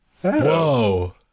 Whoa